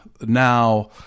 now